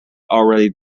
already